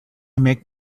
make